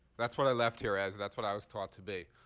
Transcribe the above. that's what i left here as. that's what i was taught to be.